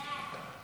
סעיפים 1